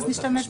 אז נשתמש בהם.